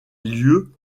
lieux